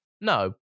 No